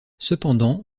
cependant